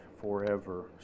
forever